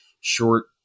short